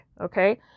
okay